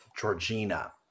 Georgina